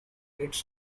it’s